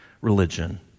religion